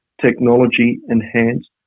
technology-enhanced